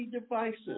devices